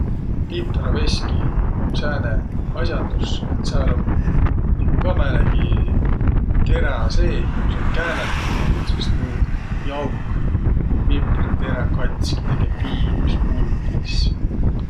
Piprõveski um sääne as'andus, et sääl um nigu ka määnegi terä seeh ja ku sa käänät tuud, sis tuu jauhk piprõteräq katski, tege piinüs pulbris.